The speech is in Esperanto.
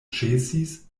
ĉesis